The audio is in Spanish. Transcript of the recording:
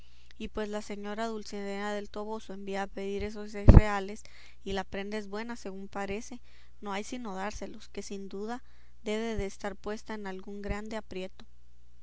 y pues la señora dulcinea del toboso envía a pedir esos seis reales y la prenda es buena según parece no hay sino dárselos que sin duda debe de estar puesta en algún grande aprieto